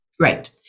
Right